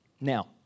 Now